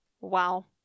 Wow